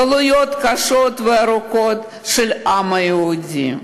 גלויות קשות וארוכות של העם היהודי,